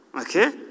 Okay